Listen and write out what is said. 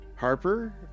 Harper